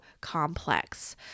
complex